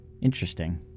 Interesting